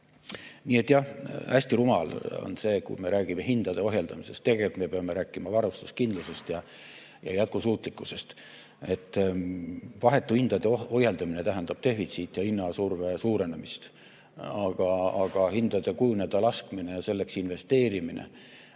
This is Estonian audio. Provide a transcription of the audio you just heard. Nii et jah, hästi rumal on see, kui me räägime hindade ohjeldamisest. Tegelikult me peame rääkima varustuskindlusest ja jätkusuutlikkusest. Vahetu hindade ohjeldamine tähendab defitsiidi ja hinnasurve suurenemist. Aga hindade kujuneda laskmine ning selleks investeerimine